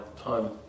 time